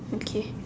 okay